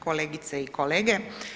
Kolegice i kolege.